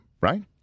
Right